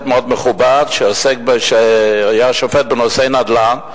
מאוד מכובד שהיה שופט בנושאי נדל"ן,